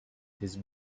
his